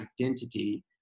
identity